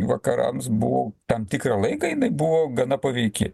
vakarams buvo tam tikrą laiką jinai buvo gana paveiki